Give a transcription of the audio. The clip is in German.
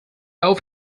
auf